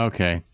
Okay